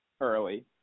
early